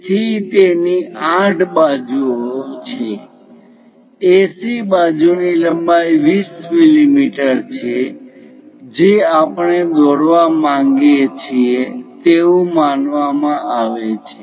તેથી તેની 8 બાજુઓ છે AC બાજુની લંબાઈ 20 મીમી છે જે આપણે દોરવા માંગીએ છીએ તેવું માનવામાં આવે છે